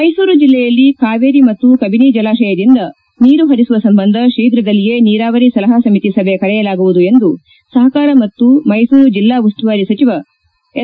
ಮೈಸೂರು ಜಿಲ್ಲೆಯಲ್ಲಿ ಕಾವೇರಿ ಮತ್ತು ಕಬಿನಿ ಜಲಾಶಯದಿಂದ ನೀರು ಹರಿಸುವ ಸಂಬಂಧ ಶೀಘ್ರದಲ್ಲಿಯೇ ನೀರಾವರಿ ಸಲಹಾ ಸಮಿತಿ ಸಭೆ ಕರೆಯಲಾಗುವುದು ಎಂದು ಸಹಕಾರ ಮತ್ತು ಮೈಸೂರು ಜಿಲ್ಲಾ ಉಸ್ತುವಾರಿ ಸಚಿವ ಎಸ್